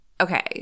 Okay